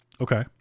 Okay